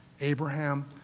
Abraham